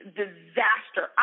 disaster